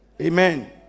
Amen